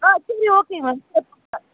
ஆ சரி okay ma'am சிறப்பாக